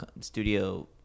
studio